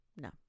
No